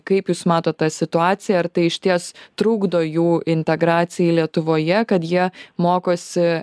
kaip jūs matot tą situaciją ar tai išties trukdo jų integracijai lietuvoje kad jie mokosi